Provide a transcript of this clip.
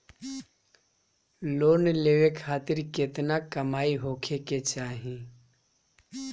Loan लेवे खातिर केतना कमाई होखे के चाही?